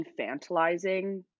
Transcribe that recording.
infantilizing